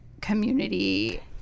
community